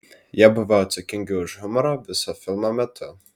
jie buvo atsakingi už humorą viso filmo metu